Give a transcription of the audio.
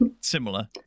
Similar